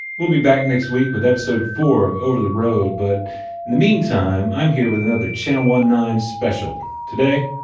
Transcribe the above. we'll be back next week with episode four of over the road. but in the meantime, i'm here with another channel one-nine special today,